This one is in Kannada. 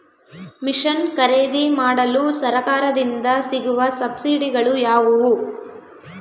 ಮಿಷನ್ ಖರೇದಿಮಾಡಲು ಸರಕಾರದಿಂದ ಸಿಗುವ ಸಬ್ಸಿಡಿಗಳು ಯಾವುವು?